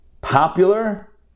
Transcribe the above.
Popular